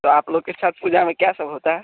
तो आप लोग के साथ पूजा में क्या सब होता है